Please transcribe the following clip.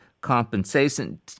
compensation